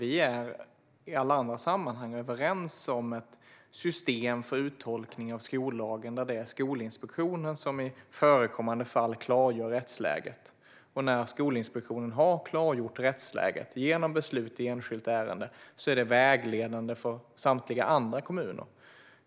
Vi är i alla andra sammanhang överens om ett system för tolkning av skollagen där det är Skolinspektionen som i förekommande fall klargör rättsläget. När Skolinspektionen har klargjort rättsläget, genom beslut i enskilt ärende, är det vägledande för samtliga andra kommuner.